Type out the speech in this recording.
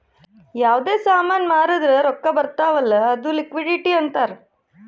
ಯಾವ್ದೇ ಸಾಮಾನ್ ಮಾರ್ದುರ್ ರೊಕ್ಕಾ ಬರ್ತಾವ್ ಅಲ್ಲ ಅದು ಲಿಕ್ವಿಡಿಟಿ ಅಂತಾರ್